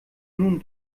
nun